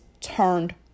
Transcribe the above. turned